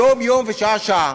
יום-יום ושעה-שעה.